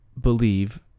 believe